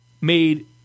made